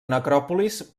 necròpolis